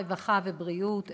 הרווחה והבריאות,